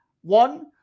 one